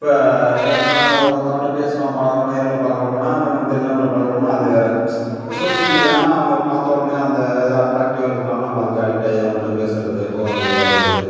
இப்போ நம்ம ஒருத்தவர்கள்ட பேசுகிறோம் பழகுகிறோம் நேரில் பார்க்குறம்னா இப்போ நம்ம தெரிஞ்சவங்கள்ட பழகுகிறம்னா அது வேறு இப்போ சோசியல் மீடியானால் அவங்க பார்த்த உடனே அந்த அட்ராக்ட்டிவாக இருக்கிறதுனால நம்ம அதுக்கு அடிக்ட் ஆகி அவர்கள்ட வந்து பேசறது போகிறது வரது